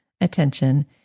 attention